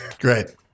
Great